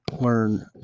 learn